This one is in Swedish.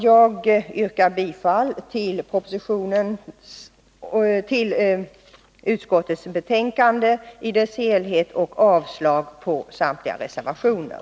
Jag yrkar bifall till utskottets hemställan i dess helhet och avslag på samtliga reservationer.